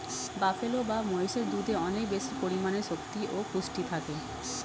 buffalo বা মহিষের দুধে অনেক বেশি পরিমাণে শক্তি ও পুষ্টি থাকে